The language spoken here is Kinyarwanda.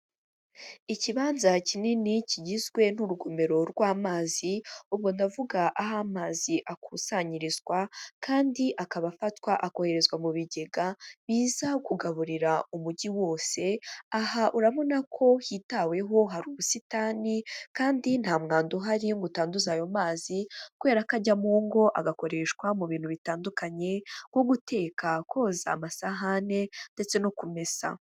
Ikibanza kinini kigizwe n'urugomero rw'amazi, ubwo ndavuga aho amazi akusanyirizwa kandi akaba afatwa akoherezwa mu bigega biza kugaburira umujyi wose, aha urabona ko hitaweho hari ubusitani kandi nta mwanda uhari ngo utanduza ayo mazi, kubera ko ajya mu ngo agakoreshwa mu bintu bitandukanye: nko guteka, koza amasahane ndetse no kumesa.